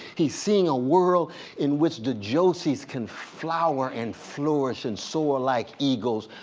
he's seeing a world in which the josies can flower and flourish and soar like eagles,